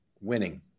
winning